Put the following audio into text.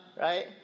right